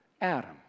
Adam